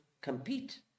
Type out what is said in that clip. compete